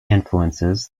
influences